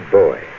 boy